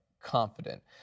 confident